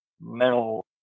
mental